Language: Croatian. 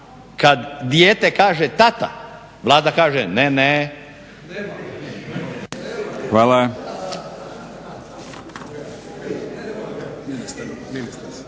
kad dijete kaže tata, Vlada kaže ne, ne.